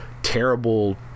terrible